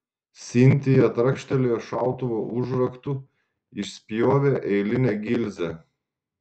sintija trakštelėjo šautuvo užraktu išspjovė eilinę gilzę